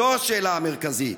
זוהי השאלה המרכזית".